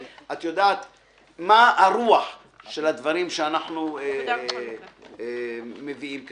מה הרוח של הדברים שאנחנו מביאים כאן.